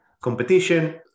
competition